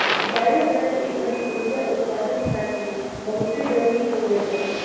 biogas ए घड़ी उर्जा उत्पदान खातिर बहुते जरुरी हो गईल बावे